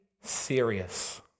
serious